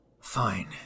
Fine